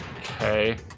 Okay